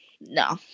no